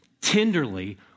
tenderly